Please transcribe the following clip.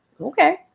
Okay